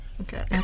Okay